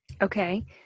Okay